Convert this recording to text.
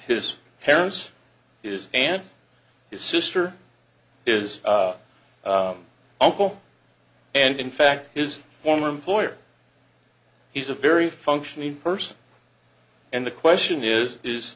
his parents is and his sister is uncle and in fact his former employer he's a very functioning person and the question is is